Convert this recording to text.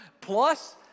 plus